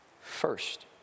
First